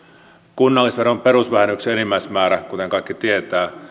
kunnallisveron perusvähennyksen enimmäismäärä kuten kaikki tietävät